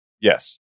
Yes